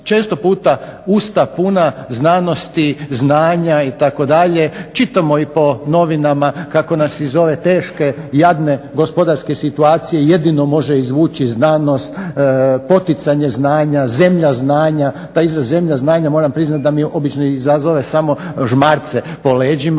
često puta usta puna znanosti, znanja itd. Čitamo i po novinama kako nas iz ove teške i jadne gospodarske situacije jedino može izvući znanost, poticanje znanja, zemlja znanja. Taj izraz zemlja znanja moram priznati da mi obično izazove samo žmarce po leđima